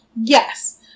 Yes